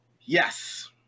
yes